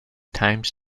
times